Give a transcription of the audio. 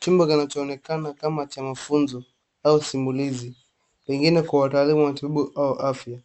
Chumba kinachoonekana kama cha mafunzo, au simulizi, pengine kwa wataalamu wa matibabu au afya.